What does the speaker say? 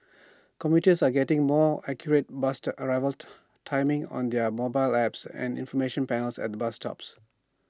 commuters are getting more accurate bus arrival timings on their mobile apps and information panels at bus stops